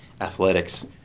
athletics